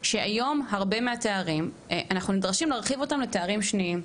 שהיום את הרבה מהתארים אנחנו נדרשים להרחיב לתארים שניים.